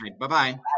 bye-bye